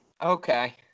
Okay